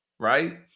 right